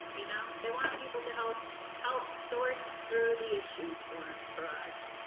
you know they want people to help help sort through the issues for for us.